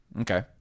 Okay